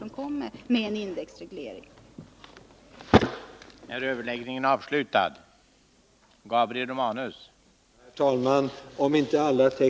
Det kan ske genom en indexreglering av barnbidragets storlek.